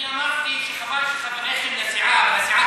אני אמרתי שחבל שחבריכם לסיעה והסיעה